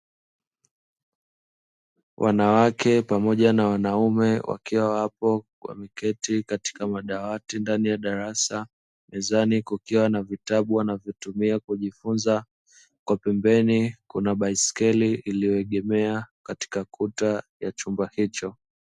Wanawake pamoja na wanaume wakiwa wapo wameketi kwenye madawati ndani ya darasa, mezani kukiwa na vitabu wanavyotumia kujifunza, pembeni kukiwa na baiskeli iliyoegemea katika kuta ya chumba hicho.